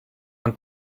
want